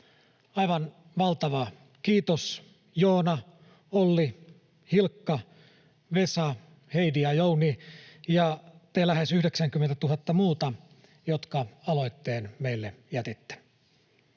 Aivan valtava kiitos, Joona, Olli, Hilkka, Vesa, Heidi, Jouni ja te lähes 90 000 muuta, jotka aloitteen meille jätitte.